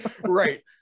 Right